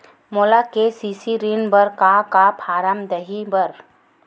मोला के.सी.सी ऋण बर का का फारम दही बर?